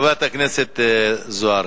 חברת הכנסת זוארץ,